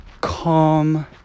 calm